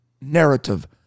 narrative